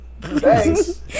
Thanks